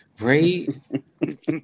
right